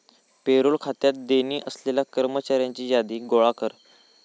payroll खात्यात देणी असलेल्या कर्मचाऱ्यांची यादी गोळा कर